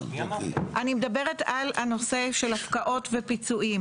אני מדברת על הנושא של הפקעות ופיצויים.